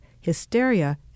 Hysteria